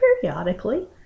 periodically